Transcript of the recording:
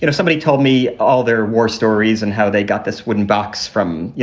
you know somebody told me all their war stories and how they got this wooden box from, you